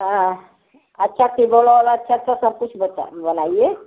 हाँ अच्छा टेबल वाला अच्छा अच्छा सब कुछ बता बनाइए